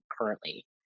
currently